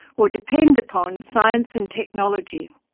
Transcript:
or depend upon, science and technology.